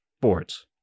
sports